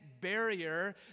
barrier